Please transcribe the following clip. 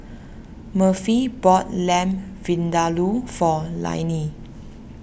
Murphy bought Lamb Vindaloo for Lainey